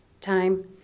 time